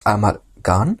amalgam